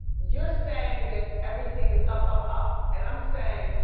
you're saying that everything is up, up, up, and i'm saying